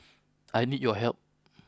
I need your help